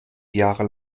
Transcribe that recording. jahre